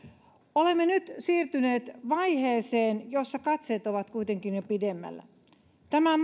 olemme nyt siirtyneet vaiheeseen jossa katseet ovat kuitenkin jo pidemmällä tämä